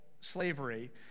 slavery